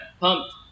pumped